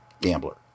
gambler